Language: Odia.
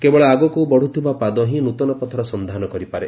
କେବଳ ଆଗକୁ ବଢୁଥିବା ପାଦ ହିଁ ନୂତନ ପଥର ସନ୍ଧାନ କରିପାରେ